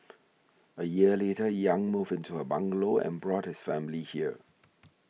a year later Yang moved into her bungalow and brought his family here